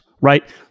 right